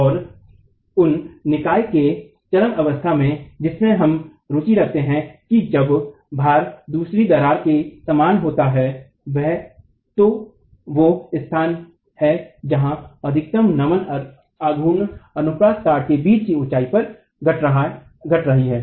और उस निकाय के चरम अवस्था में जिसमे हम रुचि रखते हैं कि जब भार दूसरी दरार के समान होती है वह वो स्थान है जहाँ अधिकतम नमन आघूर्ण अनुप्रस्थ काट के बीच की ऊंचाई पर घट रही है